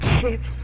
Chips